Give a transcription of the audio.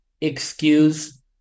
excuse